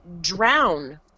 drown